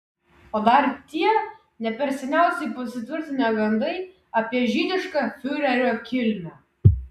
o dar tie ne per seniausiai pasitvirtinę gandai apie žydišką fiurerio kilmę